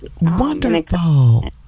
Wonderful